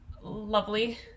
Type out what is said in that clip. lovely